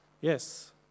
Yes